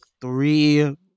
three